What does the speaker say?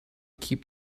keep